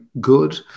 good